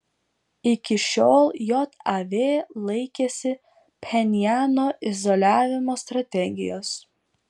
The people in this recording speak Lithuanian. iki šiol jav laikėsi pchenjano izoliavimo strategijos